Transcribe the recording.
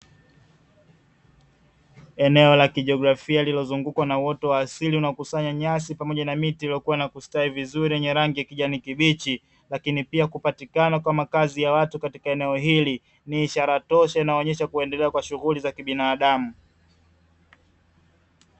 Eneo la kijografia lililozungukwa na uoto wa asili, unaokusanya nyasi pamoja na miti iliyokua na kustawi vizuri yenye rangi ya kijani kibichi, lakini pia kupatikana kwa makazi ya watu katika eneo hili ni ishara tosha inayoonyesha kuendelea kwa shughuli za kibinadamu.